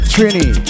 Trini